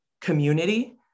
community